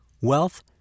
wealth